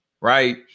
right